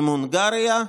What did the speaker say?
עם הונגריה,